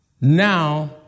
Now